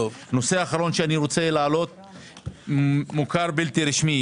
הנושא אחרון, מוכר בלתי רשמי.